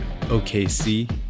OKC